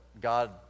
God